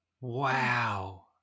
Wow